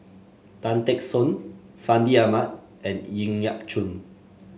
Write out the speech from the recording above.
Tan Teck Soon Fandi Ahmad and Ng Yat Chuan